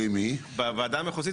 אז בתקופה הנוכחית,